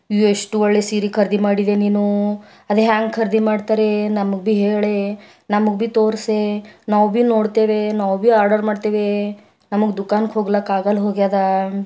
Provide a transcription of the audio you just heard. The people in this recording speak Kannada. ಎಷ್ಟು ಒಳ್ಳೆ ಸೀರೆ ಖರೀದಿ ಮಾಡಿದ ನೀನು ಅದು ಹ್ಯಾಂಗೆ ಖರೀದಿ ಮಾಡ್ತಾರೆ ನಮಗೆ ಭೀ ಹೇಳೇ ನಮಗೆ ಭೀ ತೋರಿಸೆ ನಾವು ಭೀ ನೋಡ್ತೇವೆ ನಾವು ಭೀ ಆರ್ಡರ್ ಮಾಡ್ತೇವೆ ನಮಗೆ ದುಖಾನ್ಗೆ ಹೋಗ್ಲಾಕ್ಕ ಆಗಲ್ಲ ಹೋಗಿದೆ